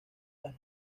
las